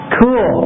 cool